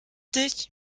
dich